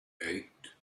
eight